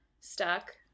stuck